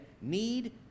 Need